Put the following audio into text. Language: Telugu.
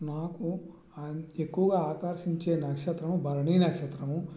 నాకు ఆ ఎక్కువగా ఆకర్షించే నక్షత్రం భరణీ నక్షత్రం